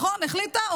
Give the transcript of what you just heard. נכון שהחליטה?